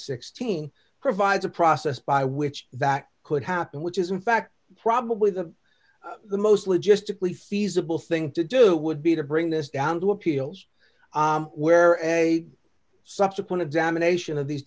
sixteen provides a process by which that could happen which is in fact probably the most logistically feasible thing to do would be to bring this down to appeals where a subsequent examination of these